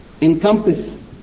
encompass